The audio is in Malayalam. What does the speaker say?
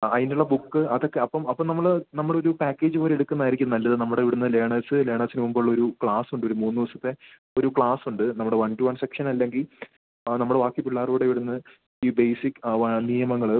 ആ അതിനുള്ള ബുക്ക് അതൊക്കെ അപ്പം അപ്പം നമ്മൾ നമ്മളൊരു പാക്കേജ് പോലെ എടുക്കുന്നതായിരിക്കും നല്ലത് നമ്മുടെ ഇവിടുന്ന് ലേണേസ് ലേണേസിന് മുമ്പുള്ളൊരു ക്ലാസുണ്ടൊരു മൂന്നുദിവസത്തെ ഒരു ക്ലാസുണ്ട് നമ്മുടെ വൺ ടു വൺ സെക്ഷന് അല്ലെങ്കിൽ ആ നമ്മൾ ബാക്കി പിള്ളേരുകൂടെ ഇവിടുന്ന് ഈ ബേസിക് നിയമങ്ങൾ